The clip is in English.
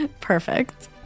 Perfect